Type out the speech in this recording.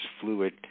fluid